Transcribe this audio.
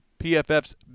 PFF's